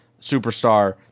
superstar